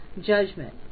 judgment